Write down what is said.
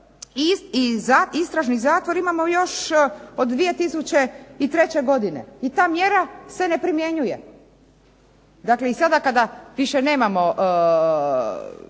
i istražni zatvor imamo još od 2003. godine, i ta mjera se ne primjenjuje. Dakle i sada kada više nemamo,